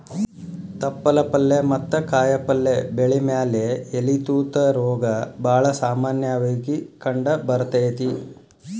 ತಪ್ಪಲ ಪಲ್ಲೆ ಮತ್ತ ಕಾಯಪಲ್ಲೆ ಬೆಳಿ ಮ್ಯಾಲೆ ಎಲಿ ತೂತ ರೋಗ ಬಾಳ ಸಾಮನ್ಯವಾಗಿ ಕಂಡಬರ್ತೇತಿ